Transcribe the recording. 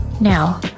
Now